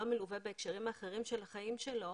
שלא מלווה בהקשרים אחרים של החיים שלו,